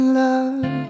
love